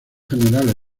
generales